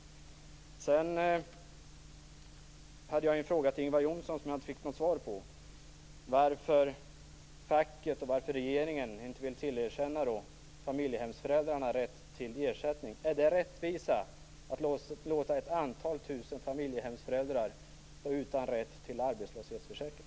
Jag hade också en fråga till Ingvar Johnsson som jag inte fick något svar på. Jag frågade varför facket, varför regeringen inte vill tillerkänna familjehemsföräldrar rätt till ersättning. Är det rättvisa att låta ett antal tusen familjehemsföräldrar stå utan rätt till arbetslöshetsförsäkring?